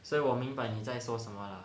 所以我明白你在说什么 lah